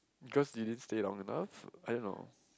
cause you didn't stay long enough I don't know